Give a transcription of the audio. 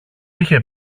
είχε